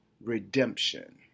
redemption